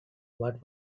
what